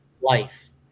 life